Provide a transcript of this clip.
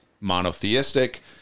monotheistic